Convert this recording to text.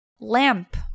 Lamp